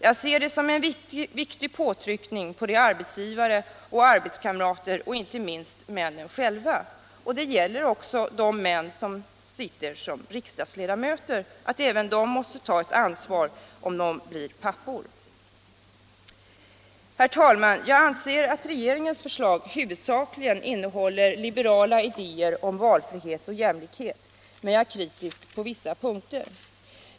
Jag ser det som en viktig påtryckning på arbetsgivare och arbetskamrater och inte minst på männen själva. Det gäller också de män som sitter som riksdagsledamöter — även de måste ta ett ansvar om de blir pappor. Herr talman! Jag anser att regeringens förslag huvudsakligen innehåller liberala idéer om valfrihet och jämlikhet, men jag är kritisk på vissa punkter.